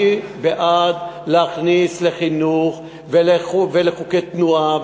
אני בעד להכניס לחינוך ולחוקי תנועה,